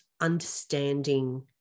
understanding